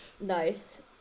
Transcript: Nice